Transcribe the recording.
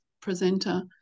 presenter